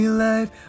life